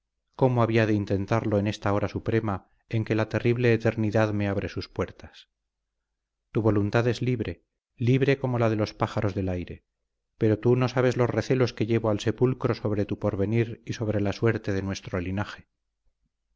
cómo había de intentarlo en esta hora suprema en que la terrible eternidad me abre sus puertas tu voluntad es libre libre como la de los pájaros del aire pero tú no sabes los recelos que llevo al sepulcro sobre tu porvenir y sobre la suerte de nuestro linaje